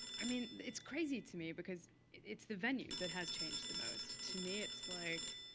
i mean, it's crazy to me. because it's the venue that has changed the most. to me it's like